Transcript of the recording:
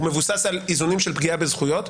הוא מבוסס על איזונים של פגיעה בזכויות.